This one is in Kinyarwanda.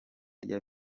rya